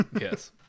yes